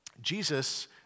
Jesus